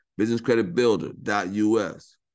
businesscreditbuilder.us